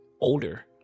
older